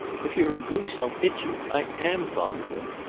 if you're a goose, i'll hit you. i am fond of him.